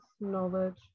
knowledge